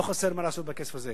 לא חסר מה לעשות בכסף הזה.